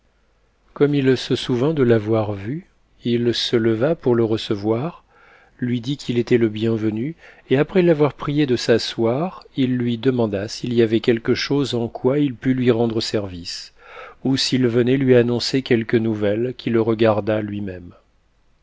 comme il se souvint de avoir vu il se leva pour le recevoir lui dit qu'il était le bienvenu et après l'avoir prié de s'asseoir il lui demanda s'il y avait quelque chose en quoi il pût lui rendre service ou s'il venait lui annoncer quelque nouvelle qui le regardât lui-même